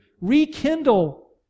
rekindle